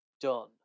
done